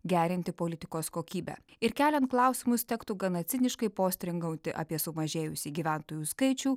gerinti politikos kokybę ir keliant klausimus tektų gana ciniškai postringauti apie sumažėjusį gyventojų skaičių